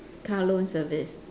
car loan service